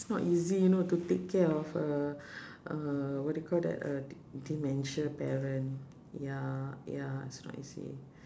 it's not easy you know to take care of uh uh what you call that a d~ dementia parent ya ya it's not easy